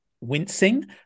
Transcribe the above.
wincing